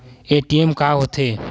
ATM का होथे?